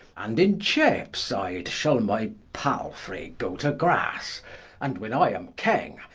and in cheapside shall my palfrey go to grasse and when i am king,